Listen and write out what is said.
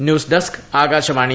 news desk Akashvani